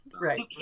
Right